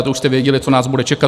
To už jste věděli, co nás bude čekat.